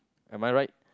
am I right